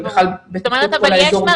בטיחות כל האזור